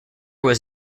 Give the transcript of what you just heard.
was